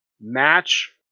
Match